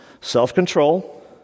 Self-control